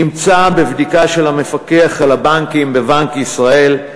נמצא בבדיקה של המפקח על הבנקים בבנק ישראל.